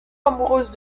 amoureuse